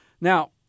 Now